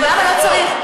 למה לא צריך?